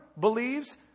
believes